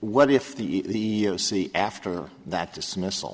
what if the see after that dismiss